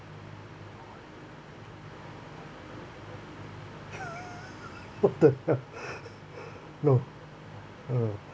what the hell no uh